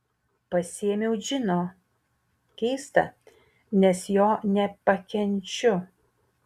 pasiėmiau džino keista nes jo nepakenčiu